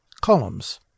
columns